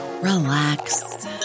relax